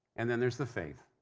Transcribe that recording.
and then, there's the faith.